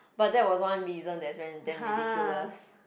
but that was one reason that's dam~ damn ridiculous